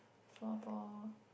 floor ball